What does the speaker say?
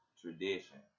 tradition